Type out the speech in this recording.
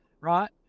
Right